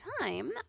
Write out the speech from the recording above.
time